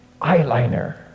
eyeliner